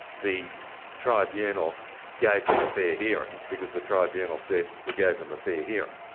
the tribunal gave them a fair hearing because the tribunal said we gave them a fair hearing.